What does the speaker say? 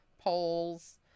polls